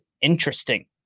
interesting